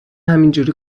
همینجوری